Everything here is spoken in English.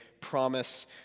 promise